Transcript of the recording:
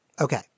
Okay